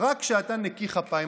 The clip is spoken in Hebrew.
רק כשאתה נקי כפיים.